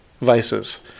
Vices